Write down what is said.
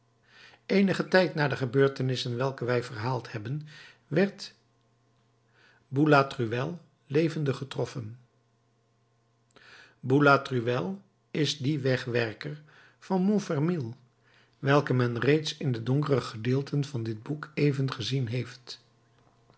eenigen tijd na de gebeurtenissen welke wij verhaald hebben werd boulatruelle levendig getroffen boulatruelle is die wegwerker van montfermeil welken men reeds in de donkere gedeelten van dit boek even gezien heeft